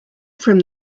from